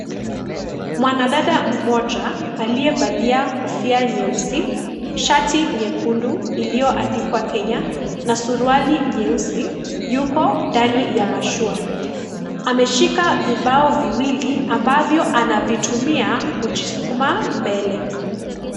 Mwanadada mmoja aliyevalia kofia nyeusi, shati nyekundu iliyoandikwa "Kenya" na suruali nyeusi Yuko ndani ya mashua. Ameshika vibao viwili ambavyo anavitumia kujisukuma mbele.